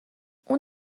اون